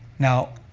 now,